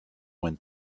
went